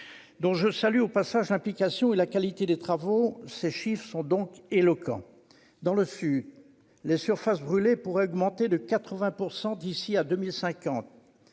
dont je salue au passage l'implication et la qualité des travaux, sont éloquents : dans le Sud, les surfaces brûlées pourraient augmenter de 80 % d'ici à 2050.